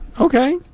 Okay